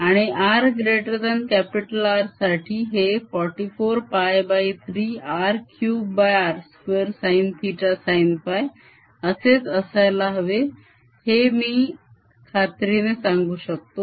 आणि rR साठी हे 44π3R3r2 sin θ sinφ असेच असायला हवे हे मी खात्रीने सांगू शकतो